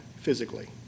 physically